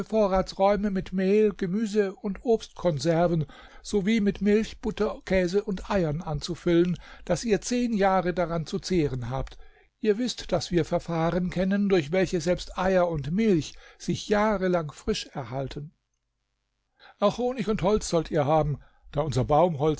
vorratsräume mit mehl gemüse und obstkonserven sowie mit milch butter käse und eiern anzufüllen daß ihr zehn jahre daran zu zehren habt ihr wißt daß wir verfahren kennen durch welche selbst eier und milch sich jahrelang frisch erhalten auch honig und holz sollt ihr haben da unser baumholz